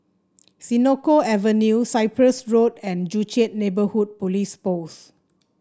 Senoko Avenue Cyprus Road and Joo Chiat Neighbourhood Police Post